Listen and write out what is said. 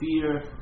fear